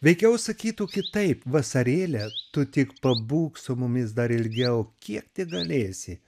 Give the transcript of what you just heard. veikiau sakytų kitaip vasarėle tu tik pabūk su mumis dar ilgiau kiek tik galėsi